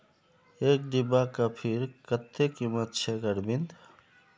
एक डिब्बा कॉफीर कत्ते कीमत छेक अरविंद